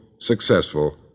successful